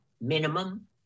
minimum